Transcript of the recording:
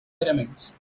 pyramids